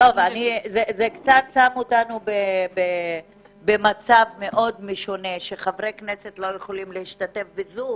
זה שם אותנו במצב משונה שחברי כנסת לא יכולים להשתתף בזום